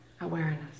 awareness